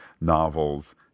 novels